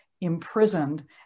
imprisoned